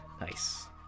Nice